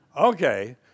Okay